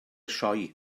sioe